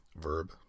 verb